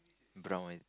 brown